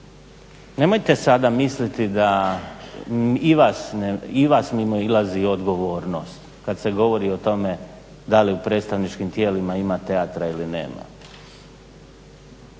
nemojte sada misliti i vas mimoilazi odgovornost kad se govori o tome da li u predstavničkim tijelima ima teatra ili nema.